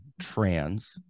trans